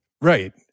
Right